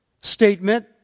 statement